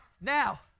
Now